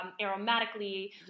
aromatically